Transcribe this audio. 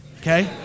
okay